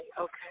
Okay